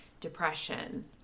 depression